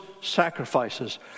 sacrifices